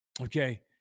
Okay